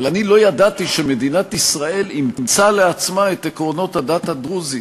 אבל אני לא ידעתי שמדינת ישראל אימצה לעצמה את עקרונות הדת הדרוזית.